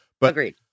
Agreed